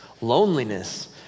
loneliness